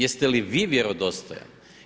Jeste li vi vjerodostojan?